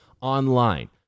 online